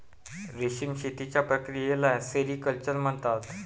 रेशीम शेतीच्या प्रक्रियेला सेरिक्चर म्हणतात